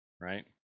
right